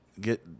get